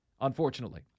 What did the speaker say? unfortunately